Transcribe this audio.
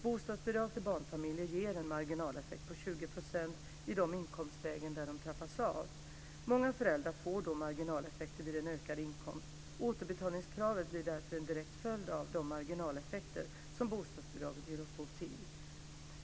Bostadsbidrag till barnfamiljer ger en marginaleffekt på 20 % i de inkomstlägen där de trappas av. Många föräldrar får då marginaleffekter vid en ökad inkomst. Återbetalningskravet blir därför en direkt följd av de marginaleffekter som bostadsbidraget ger upphov till.